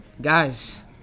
Guys